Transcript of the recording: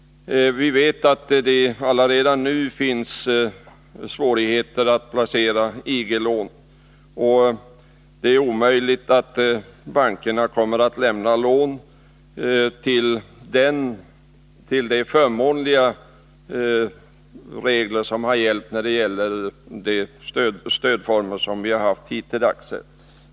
Vi vet att det redan nu råder svårigheter att placera IG-lån. Det är omöjligt att bankerna kommer att bevilja lån till de förmånliga regler som hittilldags har gällt för våra stödformer.